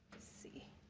see.